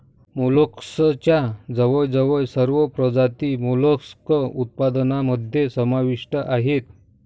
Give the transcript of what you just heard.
मोलस्कच्या जवळजवळ सर्व प्रजाती मोलस्क उत्पादनामध्ये समाविष्ट आहेत